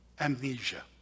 amnesia